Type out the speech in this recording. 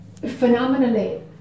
phenomenally